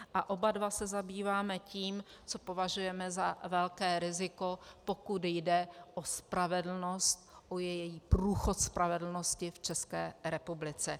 A oba dva se zabýváme tím, co považujeme za velké riziko, pokud jde o spravedlnost, o průchod spravedlnosti v České republice.